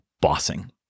bossing